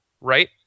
right